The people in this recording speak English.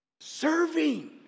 serving